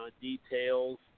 details